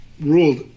ruled